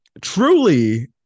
truly